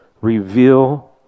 reveal